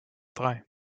drei